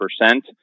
percent